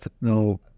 no